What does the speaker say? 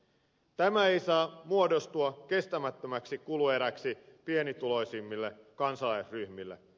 tämä ei saa muodostua kestämättömäksi kulueräksi pienituloisimmille kansalaisryhmille